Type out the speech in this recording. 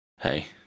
hey